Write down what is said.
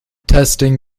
testing